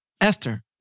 Esther